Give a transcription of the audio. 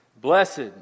Blessed